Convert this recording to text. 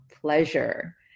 pleasure